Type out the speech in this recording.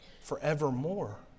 forevermore